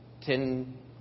ten